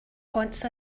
haunts